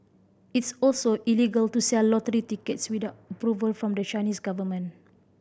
it's also illegal to sell lottery tickets without approval from the Chinese government